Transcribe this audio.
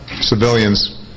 civilians